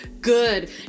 good